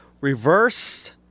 Reverse